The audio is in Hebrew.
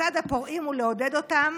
לצד הפורעים ולעודד אותם,